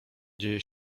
dzieje